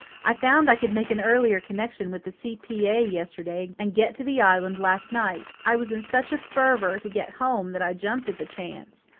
i found i could make an earlier connection with the c p a. yesterday and get to the island last night. i was in such a fever to get home that i jumped at the chance.